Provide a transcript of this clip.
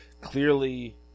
clearly